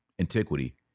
antiquity